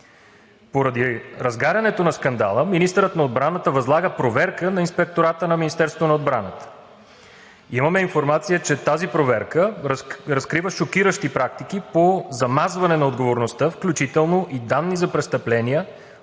Поради разгарянето на скандала министърът на отбраната възлага проверка на Инспектората на Министерството на отбраната. Имаме информация, че тази проверка разкрива шокиращи практики по замазване на отговорността, включително и данни за престъпления